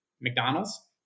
McDonald's